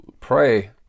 pray